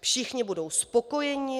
Všichni budou spokojeni.